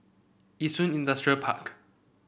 Yishun Industrial Park